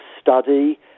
study